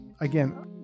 Again